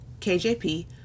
KJP